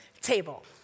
table